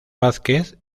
vázquez